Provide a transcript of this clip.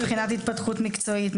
מבחינת התפתחות מקצועית,